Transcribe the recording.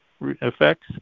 effects